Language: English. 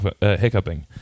hiccuping